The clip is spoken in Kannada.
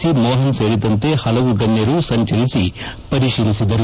ಸಿ ಮೋಹನ್ ಸೇರಿದಂತೆ ಹಲವು ಗಣ್ಯರು ಸಂಚರಿಸಿ ಪರಿಶೀಲಿಸಿದರು